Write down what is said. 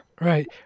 Right